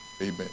Amen